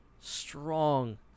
strong